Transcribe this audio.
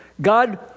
God